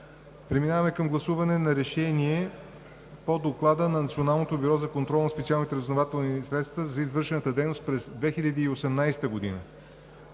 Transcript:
Преминаваме към гласуване на Проект на решение по Доклада на Националното бюро за контрол на специалните разузнавателни средства за извършената дейност през 2018 г.